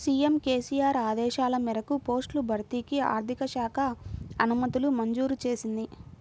CM KCR ఆదేశాల మేరకు పోస్టుల భర్తీకి ఆర్థిక శాఖ అనుమతులు మంజూరు చేసింది